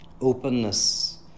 openness